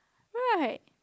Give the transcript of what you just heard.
right